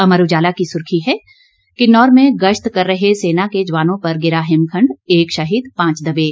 अमर उजाला की सुर्खी है किन्नौर में गश्त कर रहे सेना के जवानों पर गिरा हिमखंड एक शहीद पांच दबे